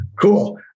Cool